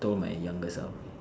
told my younger self